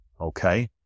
okay